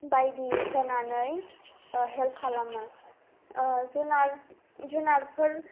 बायदि होनानै हेल्प खालामो जुनार जुनारफोर